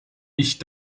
ich